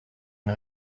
une